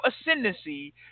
ascendancy